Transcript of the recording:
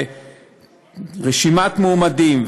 רשימת מועמדים,